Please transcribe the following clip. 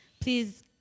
Please